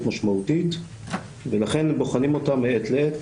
משמעותית ולכן בוחנים אותם מעת לעת,